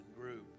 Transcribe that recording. group